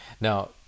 Now